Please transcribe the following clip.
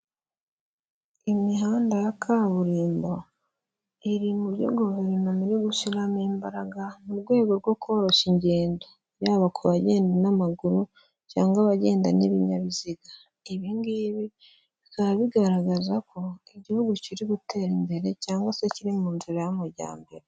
Imihanda ya kaburimbo, iri mu byo guverinoma iri gushyiramo imbaraga, mu rwego rwo koroshya ingendo, yaba ku bagenda n'amaguru cyangwa abagenda n'ibinyabiziga, ibi ngibi bikaba bigaragaza ko igihugu kiri gutera imbere cyangwa se kiri mu nzira y'amajyambere.